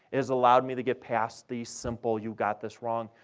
it has allowed me to get past the simple, you got this wrong,